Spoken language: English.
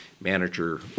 manager